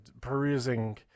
perusing